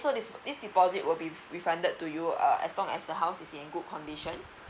so this deposit will be refunded to you uh as long as the house is in good condition